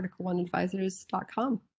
articleoneadvisors.com